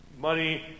money